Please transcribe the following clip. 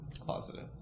closeted